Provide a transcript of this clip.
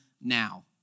now